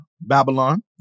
Babylon